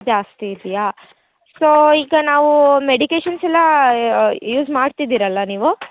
ಜಾಸ್ತಿ ಇದೆಯಾ ಸೋ ಈಗ ನಾವು ಮೆಡಿಕೇಷನ್ಸ್ ಎಲ್ಲ ಯೂಸ್ ಮಾಡ್ತಿದ್ದೀರಲ್ಲ ನೀವು